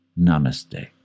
Namaste